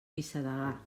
vicedegà